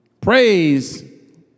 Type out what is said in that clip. Praise